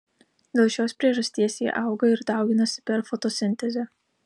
dėl šios priežasties jie auga ir dauginasi per fotosintezę